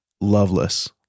loveless